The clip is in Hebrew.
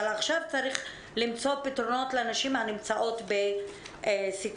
עכשיו צריך למצוא פתרונות לנשים שנמצאות בסיכון.